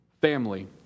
family